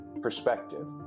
perspective